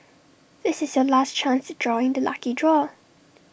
this is your last chance to join the lucky draw